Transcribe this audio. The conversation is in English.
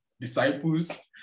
disciples